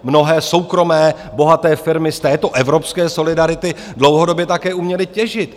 Mnohé soukromé bohaté firmy z této evropské solidarity dlouhodobě také uměly těžit.